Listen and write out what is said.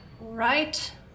Right